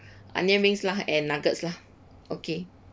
onion rings lah and nuggets lah okay